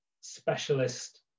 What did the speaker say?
specialist